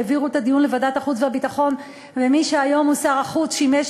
שהעבירו את הדיון לוועדת החוץ והביטחון ומי שהיום הוא שר החוץ שימש